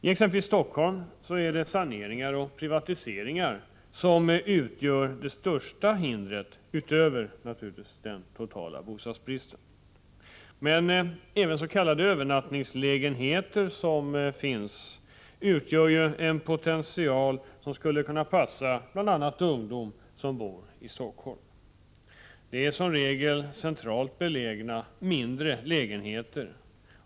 I exempelvis Stockholm är det saneringar och privatiseringar som utgör det största hindret, utöver naturligtvis den totala bostadsbristen. Men även s.k. övernattningslägenheter utgör en potential som skulle passa bl.a. ungdom som bor i Stockholm. Det är som regel centralt belägna mindre lägenheter.